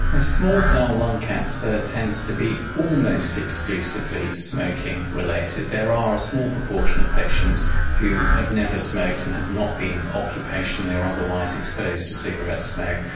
a small cell lung cancer tends to be almost exclusively smoking related. there are a small proportion of patients who have never smoked and have not been occupationally or otherwise exposed to cigarette smoke.